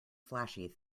flashy